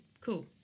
cool